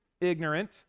ignorant